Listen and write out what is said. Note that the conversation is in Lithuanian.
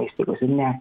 įstaigose ne